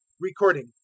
Recording